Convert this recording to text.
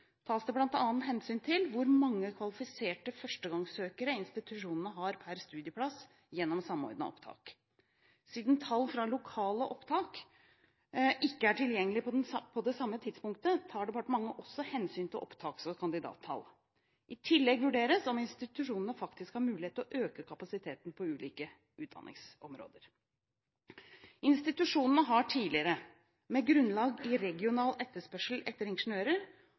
tas det bl.a. hensyn til hvor mange kvalifiserte førstevalgssøkere institusjonene har per studieplass gjennom Samordna opptak. Siden tall fra lokale opptak ikke er tilgjengelige på det samme tidspunktet, tar departementet også hensyn til opptaks- og kandidattall. I tillegg vurderes om institusjonene faktisk har muligheter til å øke kapasiteten på ulike utdanningsområder. Institusjonene har tidligere, med grunnlag i regional etterspørsel etter ingeniører,